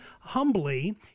humbly